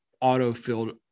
auto-filled